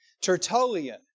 Tertullian